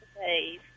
days